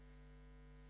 "מקורות".